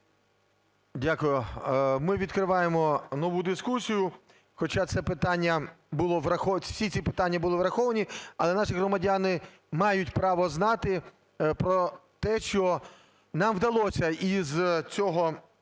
Дякую. Ми відкриваємо нову дискусію, хоча це питання було... всі ці питання були враховані, але наші громадяни мають право знати про те, що нам вдалося із цього